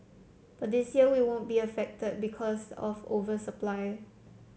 but this year we won't be affected because of over supply